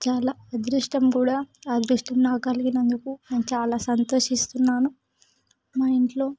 చాలా అదృష్టం కూడా ఆ అదృష్టం నాకు కలిగినందుకు నేను చాలా సంతోషిస్తున్నాను మా ఇంట్లో